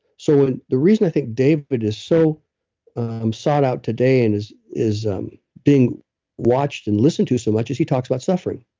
so, the reason i think david but is so um sought out today, and is is um being watched and listened to so much is he talks about suffering,